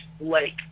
Lake